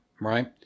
right